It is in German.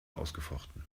ausgefochten